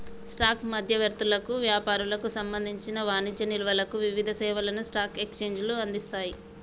stock మధ్యవర్తులకు, వ్యాపారులకు సంబంధించిన వాణిజ్య నిల్వలకు వివిధ సేవలను స్టాక్ ఎక్స్చేంజ్లు అందిస్తయ్